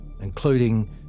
including